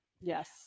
Yes